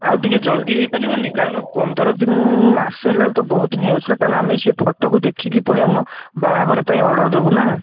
ଆଉ ଟିକେ ଜଲ୍ଦି ହେଇ ପାରିବନି କାରଣ ପନ୍ଦର ଦିନ ମାସେ ହେଲା ବେଳକୁ ତ ବହୁତ ଦିନ ହେଇଯାଉଛି ନା କାରଣ ଆମେ ସେଇ ଫୋଟୋ କୁ ଦେଖିକି ପୁଣି ଆମ ବାହାଘର ପାଇଁ ଅର୍ଡ଼ର୍ ଦେବୁ ନା